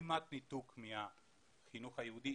כמעט ניתוק מהחינוך היהודי,